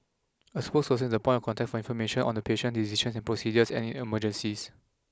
a spokesperson is the point of contact for information on the patient decisions on procedures and in emergencies